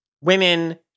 women